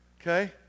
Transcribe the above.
Okay